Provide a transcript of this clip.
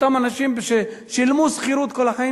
אותם אנשים ששילמו שכירות כל החיים